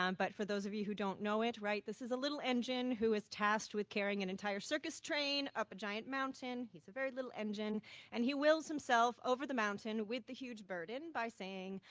um but for those of you who don't know it, this is a little engine who is tasked with carrying an entire circus train up a giant mountain, he's a very little engine and he wills himself over the mountain with the huge burden by saying,